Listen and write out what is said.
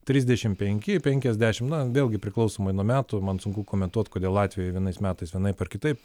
trisdešim penki penkiasdešim vėlgi priklausomai nuo metų man sunku komentuot kodėl latvijoj vienais metais vienaip ar kitaip